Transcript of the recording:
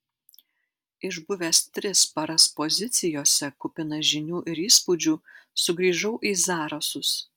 išbuvęs tris paras pozicijose kupinas žinių ir įspūdžių sugrįžau į zarasus